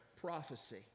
prophecy